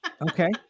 Okay